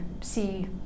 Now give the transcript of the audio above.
see